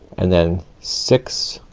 and then six